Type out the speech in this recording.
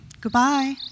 Goodbye